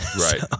Right